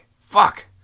Fuck